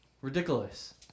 Ridiculous